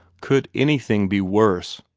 could anything be worse?